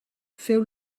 feu